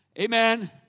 Amen